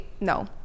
no